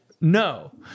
No